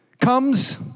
comes